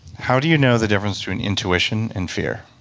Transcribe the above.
how do you know the difference between intuition and fear?